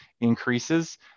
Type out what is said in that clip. increases